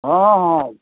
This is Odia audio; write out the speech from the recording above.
ହଁ ହଁ